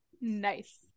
Nice